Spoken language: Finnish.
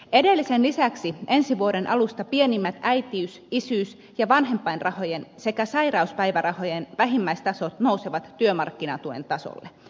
edellisen lisäksi ensi vuoden alusta pienimmät äitiys isyys ja vanhempainrahojen sekä sairauspäivärahojen vähimmäistasot nousevat työmarkkinatuen tasolle